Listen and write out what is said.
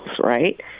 right